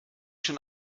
schon